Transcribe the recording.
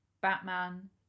Batman